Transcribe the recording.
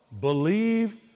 believe